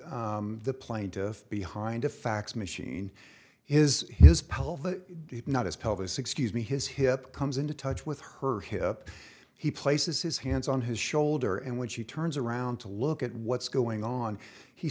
the plaintiff behind a fax machine is his pal the not his pelvis excuse me his hip comes into touch with her hip he places his hands on his shoulder and when she turns around to look at what's going on he